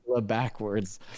backwards